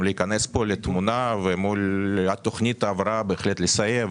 להיכנס לתמונה ולתכנית הבראה שתסייע.